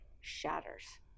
shatters